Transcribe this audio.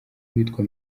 uwitwa